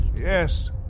Yes